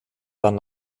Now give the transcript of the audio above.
dann